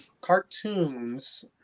cartoons